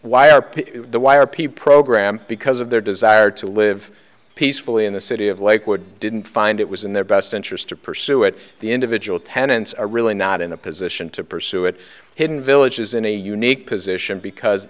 p program because of their desire to live peacefully in the city of lakewood didn't find it was in their best interest to pursue it the individual tenants are really not in a position to pursue it hidden villages in a unique position because